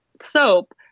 soap